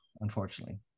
unfortunately